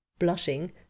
blushing